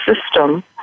system